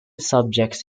subjects